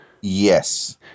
Yes